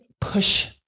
push